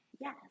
Yes